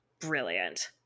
Brilliant